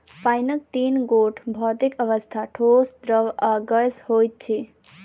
पाइनक तीन गोट भौतिक अवस्था, ठोस, द्रव्य आ गैस होइत अछि